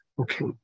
Okay